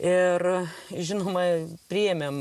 ir žinoma priėmėm